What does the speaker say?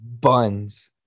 buns